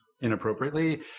inappropriately